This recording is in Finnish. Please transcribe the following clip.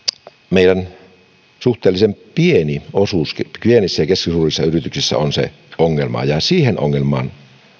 meidän suhteellisen pieni osuutemme pieniä ja keskisuuria yrityksiä on se ongelma ja siihen ongelmaan